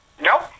Nope